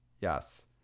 Yes